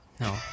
No